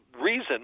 reason